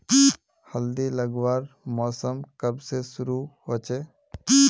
हल्दी लगवार मौसम कब से शुरू होचए?